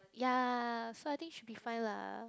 ya so I think should be fine lah